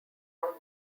around